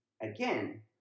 again